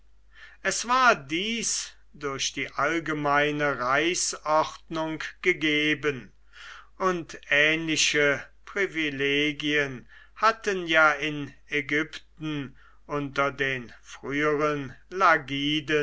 es war dies durch die allgemeine reichsordnung gegeben und ähnliche privilegien hatten ja in ägypten unter den früheren